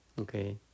Okay